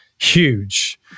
huge